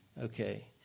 Okay